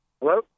Hello